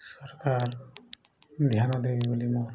ସରକାର ଧ୍ୟାନ ଦେବେ ବୋଲି ମୁଁ